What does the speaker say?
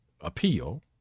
appeal